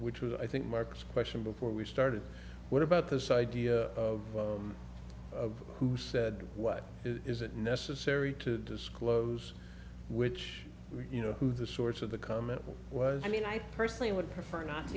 which was i think mark's question before we started what about this idea of who said what is it necessary to disclose which you know who the source of the comment was i mean i personally would prefer not to